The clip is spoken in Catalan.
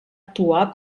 actuar